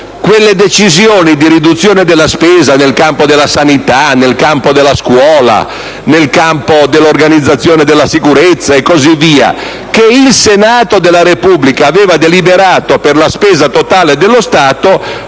Quelle decisioni di riduzione della spesa nel campo della sanità, della scuola, dell'organizzazione della sicurezza e così via, che il Senato della Repubblica aveva deliberato per la spesa totale dello Stato,